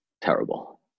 terrible